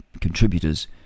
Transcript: contributors